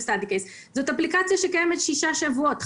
סטאדי קייס זאת אפליקציה שקיימת שישה שבועות.